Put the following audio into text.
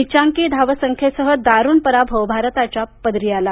नीचांकी धावसंख्येसह दारूण पराभव भारताच्या पदरी आला